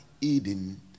Eden